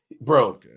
Bro